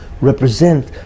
represent